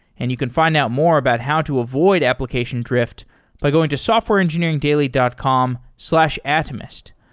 and you can find out more about how to avoid application drift by going to softwareengineeringdaily dot com slash atomist.